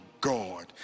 God